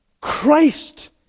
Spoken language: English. Christ